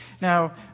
Now